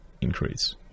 increase